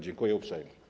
Dziękuję uprzejmie.